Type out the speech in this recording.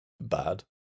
bad